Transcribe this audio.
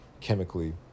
chemically